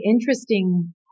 interesting